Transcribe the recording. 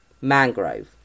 Mangrove